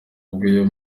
bw’uyu